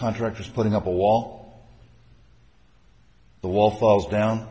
contractors putting up a wall the wall falls down